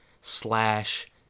slash